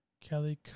Kelly